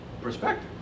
Perspective